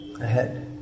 ahead